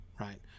right